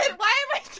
why am i